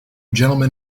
gentlemen